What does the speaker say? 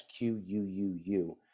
quuu